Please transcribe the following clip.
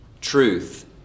truth